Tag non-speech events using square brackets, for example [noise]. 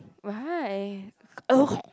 why [noise]